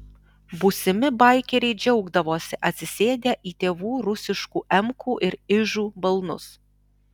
būsimi baikeriai džiaugdavosi atsisėdę į tėvų rusiškų emkų ar ižų balnus